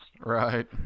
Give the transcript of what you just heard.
right